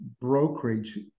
brokerage